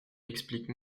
explique